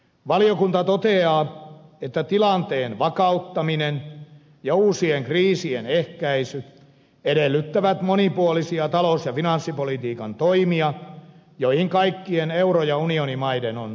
valiokunta toteaa että tilanteen vakauttaminen ja uusien kriisien ehkäisy edellyttävät monipuolisia talous ja finanssipolitiikan toimia joihin kaikkien euro ja unionimaiden on sitouduttava